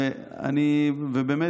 ובאמת,